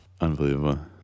Unbelievable